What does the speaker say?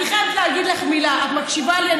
אני חייבת להגיד לך מילה, את מקשיבה לי?